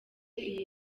iyi